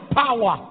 power